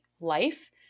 life